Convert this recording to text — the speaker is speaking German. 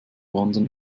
wandern